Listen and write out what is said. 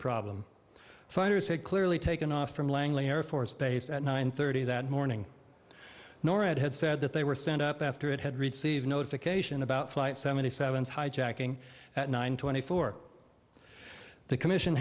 problem fighters had clearly taken off from langley air force base at nine thirty that morning norad had said that they were sent up after it had received notification about flight seventy seven hijacking at nine twenty four the commission